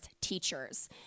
teachers